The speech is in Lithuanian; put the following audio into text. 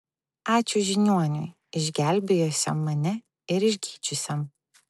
ačiū žiniuoniui išgelbėjusiam mane ir išgydžiusiam